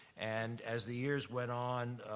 and as the years went on,